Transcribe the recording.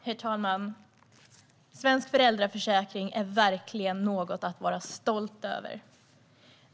Herr talman! Svensk föräldraförsäkring är verkligen något att vara stolt över.